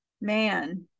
man